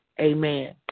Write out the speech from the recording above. Amen